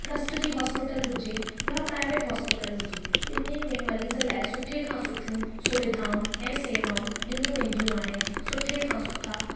trust जी hospital हुजे या प्राइवेट हॉस्पिटल हुजे ॿिन्हीनि में मरीज़ लाइ सुठे खां सुठियूं सुविधाऊं ऐं सेवाऊं ॾिनियूं वेंदियूं आहिनि सुठे खां सुठा